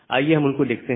आइए इनको देखते हैं